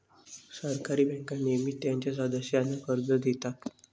सहकारी बँका नेहमीच त्यांच्या सदस्यांना कर्ज देतात